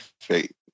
fate